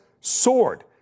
soared